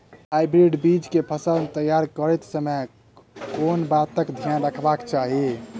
Hybrid बीज केँ फसल तैयार करैत समय कऽ बातक ध्यान रखबाक चाहि?